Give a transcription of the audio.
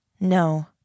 No